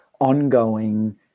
ongoing